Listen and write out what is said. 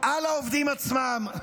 על העובדים עצמם.